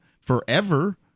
forever